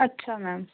ਅੱਛਾ ਮੈਮ